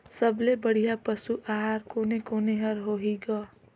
सबले बढ़िया पशु आहार कोने कोने हर होही ग?